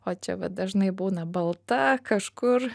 o čia vat dažnai būna balta kažkur